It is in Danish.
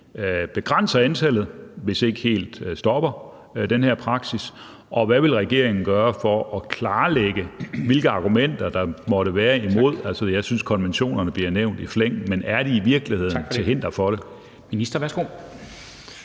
begrænser antallet, hvis ikke helt stopper den her praksis, og hvad vil regeringen gøre for at klarlægge, hvilke argumenter der måtte være imod? Altså, jeg synes, at konventionerne bliver nævnt i flæng, men er de i virkeligheden til hinder for det?